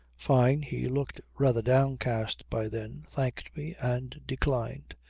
fyne, he looked rather downcast by then, thanked me and declined.